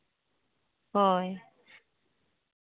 ᱦᱳᱭ